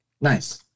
Nice